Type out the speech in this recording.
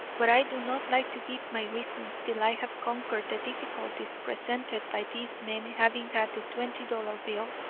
but i do not like to give my reasons till i have conquered the difficulties presented by these men having had the twenty-dollar bill.